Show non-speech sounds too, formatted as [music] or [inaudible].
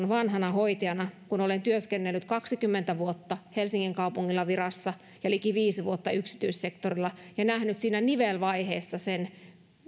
[unintelligible] vanhana hoitajana pelkään olen työskennellyt kaksikymmentä vuotta helsingin kaupungilla virassa ja liki viisi vuotta yksityissektorilla ja nähnyt siinä nivelvaiheessa sen